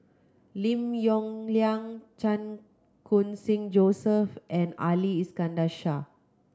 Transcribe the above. Lim Yong Liang Chan Khun Sing Joseph and Ali Iskandar Shah